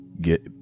get